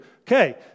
Okay